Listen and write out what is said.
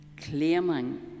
claiming